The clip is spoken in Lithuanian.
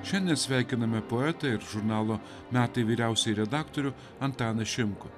šiandien sveikiname poetą ir žurnalo metai vyriausiąjį redaktorių antaną šimkų